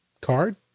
card